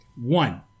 one